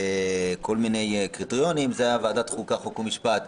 כל מיני קריטריונים זו ועדת החוקה, חוק ומשפט,